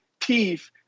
teeth